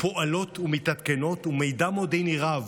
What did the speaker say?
פועלות ומתעדכנות, ומידע מודיעיני רב